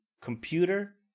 computer